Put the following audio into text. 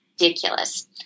ridiculous